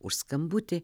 už skambutį